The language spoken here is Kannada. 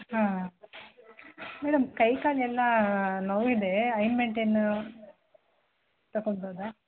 ಹಾಂ ಮೇಡಮ್ ಕೈ ಕಾಲೆಲ್ಲಾ ನೋವಿದೇ ಐಮೆಂಟೈನ್ ಏನಾರು ತಗೊಳ್ಬೋದ